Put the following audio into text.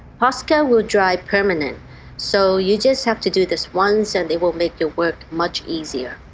posca will dry permanent so you just have to do this once and they will make your work much easier